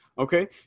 Okay